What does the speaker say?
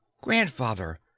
Grandfather